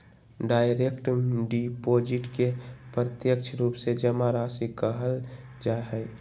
direct deposit के प्रत्यक्ष रूप से जमा राशि कहल जा हई